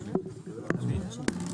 הישיבה נעולה.